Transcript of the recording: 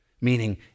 Meaning